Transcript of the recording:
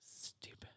Stupid